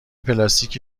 پلاستیک